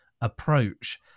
approach